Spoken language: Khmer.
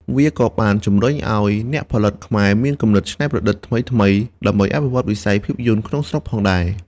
វាក៏បានជំរុញឲ្យអ្នកផលិតខ្មែរមានគំនិតច្នៃប្រឌិតថ្មីៗដើម្បីអភិវឌ្ឍវិស័យភាពយន្តក្នុងស្រុកផងដែរ។